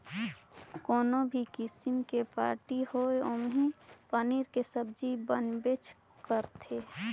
कोनो भी किसिम के पारटी होये ओम्हे पनीर के सब्जी बनबेच करथे